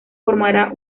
formará